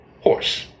horse